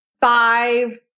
five